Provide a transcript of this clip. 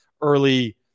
early